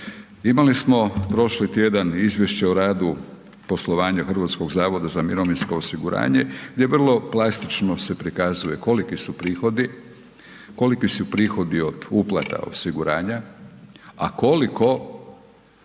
Imali smo prošli tjedan Izvješće o radu poslovanja HZMO-a gdje se vrlo plastično prikazuje koliki su prihodi, koliki su prihodi od uplata osiguranja, a koliko